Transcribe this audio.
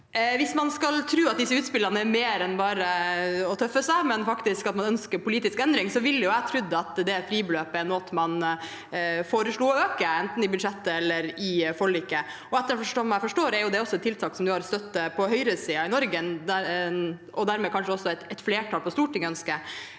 Hvis man skal tro at disse utspillene er mer enn bare å tøffe seg, men at man faktisk ønsker politisk endring, ville jeg trodd at fribeløpet er noe man foreslo å øke, enten i budsjettet eller i forliket. Etter som jeg forstår, er det et tiltak som også har støtte på høyresiden i Norge, og er dermed kanskje noe et flertall på Stortinget ønsker.